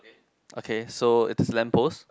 okay so it's lamp post